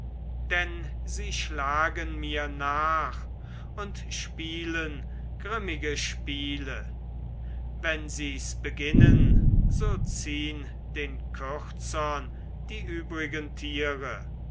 denn sie schlagen mir nach und spielen grimmige spiele wenn sies beginnen so ziehn den kürzern die übrigen tiere